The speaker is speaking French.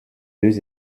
deux